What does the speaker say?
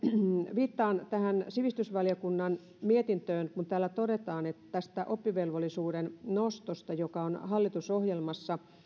viittaan tähän sivistysvaliokunnan mietintöön mitä täällä todetaan tästä oppivelvollisuuden nostosta joka on hallitusohjelmassa